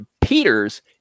Peters